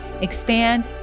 expand